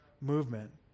movement